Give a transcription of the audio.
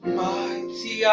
mighty